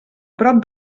prop